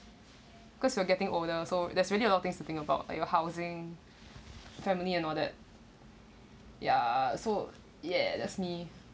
cause you are getting older so there's really a lot things to think about your housing family and all that ya so yeah that's me